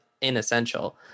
inessential